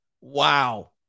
wow